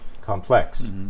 complex